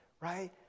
Right